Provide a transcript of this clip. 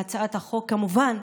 להצעת החוק: כמובן,